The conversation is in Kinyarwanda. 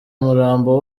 umurambo